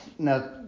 Now